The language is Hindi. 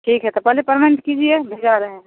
ठीक है तो पहले परमेंट कीजिए भेजा रहे हैं